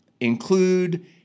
include